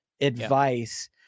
advice